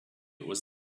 was